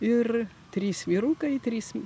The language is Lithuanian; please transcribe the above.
ir trys vyrukai trys